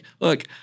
look